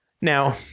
Now